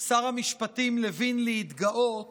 שר המשפטים לוין להתגאות